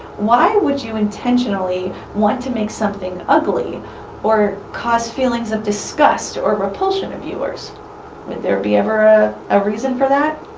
why would you intentionally want to make something ugly or cause feelings of disgust or repulsion of viewers? would there be ever a ah reason for that?